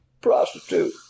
prostitute